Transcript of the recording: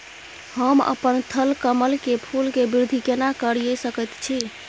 हम अपन थलकमल के फूल के वृद्धि केना करिये सकेत छी?